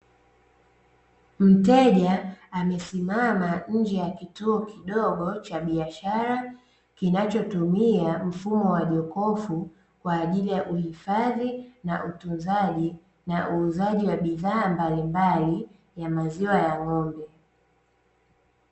Mteja amesimama nje ya kituo kidogo cha biashara, kinachotumia mfumo wa jokofu kwa ajili ya uhifadhi, na utunzaji na uuzaji wa bidhaa mbalimbali ya maziwa ya ng'ombe.